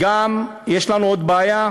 וגם, יש לנו עוד בעיה,